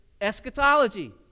eschatology